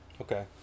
Okay